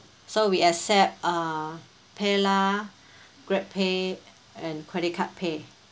so we accept uh pay lah GrabPay and credit card pay